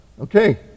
Okay